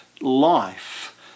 life